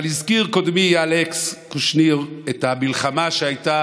אבל הזכיר קודמי, אלכס קושניר, את המלחמה שהייתה